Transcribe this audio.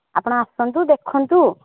ଆପଣ ଆସନ୍ତୁ ଦେଖନ୍ତୁ